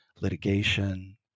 litigation